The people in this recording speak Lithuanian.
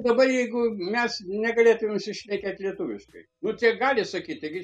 dabar jeigu mes negalėtume susišnekėt lietuviškai nu tai gali sakyti tai gi